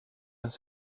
uns